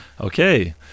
okay